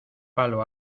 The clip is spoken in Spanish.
palo